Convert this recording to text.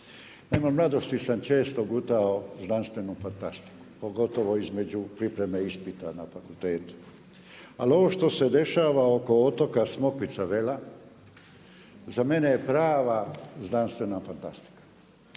Naime, u mladosti sam često gutao znanstvenu fantastiku pogotovo između pripreme ispita na fakultetu, ali ovo što se dešava oko otoka Smokvica Mala za mene je prava znanstvena fantastika.